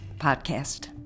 Podcast